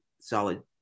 solid